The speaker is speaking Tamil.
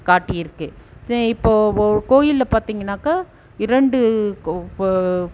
காட்டியிருக்குது இப்போது ஒரு கோயிலில் பார்த்தீங்கன்னாக்கா இரண்டு